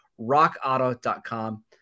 Rockauto.com